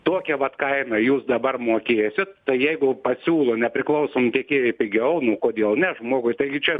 tokią vat kainą jūs dabar mokėsit jeigu pasiūlo nepriklausomi tiekėjai pigiau nu kodėl ne žmogui taigi čia